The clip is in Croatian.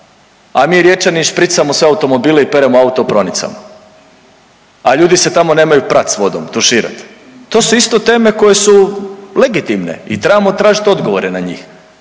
a mi Riječani špricamo sve automobile i peremo auto u praonicama, a ljudi se tamo nemaju prat s vodom, tuširat. To su isto teme koje su legitimne i trebamo tražiti odgovore na njih,